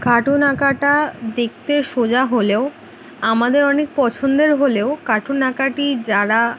cartoon আঁকাটা দেখতে সোজা হলেও আমাদের অনেক পছন্দের হলেও কার্টুন আঁকাটি যারা